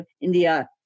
India